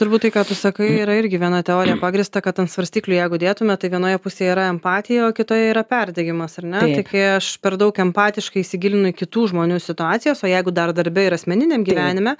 turbūt tai ką tu sakai yra irgi viena teorija pagrįsta kad ant svarstyklių jeigu dėtume tai vienoje pusėje yra empatija o kitoje yra perdegimas ar ne tai kai aš per daug empatiškai įsigilinu į kitų žmonių situacijas o jeigu dar darbe ir asmeniniam gyvenime